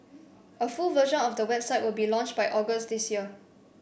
a full version of the website will be launched by August this year